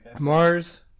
Mars